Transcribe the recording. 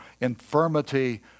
infirmity